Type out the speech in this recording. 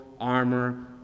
armor